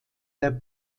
der